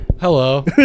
Hello